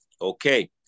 Okay